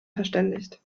verständigt